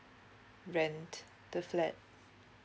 rent the flat